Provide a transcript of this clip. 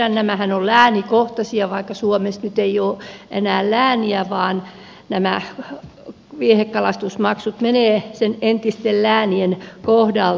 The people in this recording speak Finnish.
nämähän ovat läänikohtaisia vaikka suomessa nyt ei ole enää lääniä vaan nämä viehekalastusmaksut menevät niiden entisten läänien kohdalta